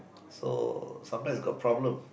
so sometimes got problem